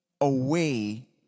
away